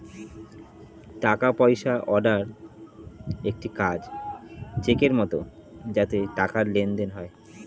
টাকা পয়সা অর্ডার একটি কাগজ চেকের মত যাতে টাকার লেনদেন হয়